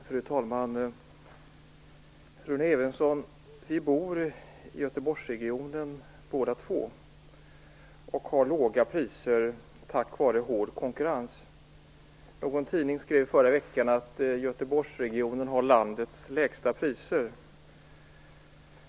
Fru talman! Rune Evensson och jag bor båda två i Göteborgsregionen, och har låga priser tack vare hård konkurrens. Någon tidning skrev i förra veckan att Göteborgsregionen har landets lägsta priser.